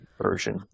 version